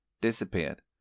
Disappeared